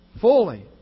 fully